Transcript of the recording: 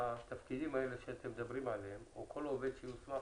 שהתפקידים האלה שאתם מדברים עליהם או כל עובד שיוסמך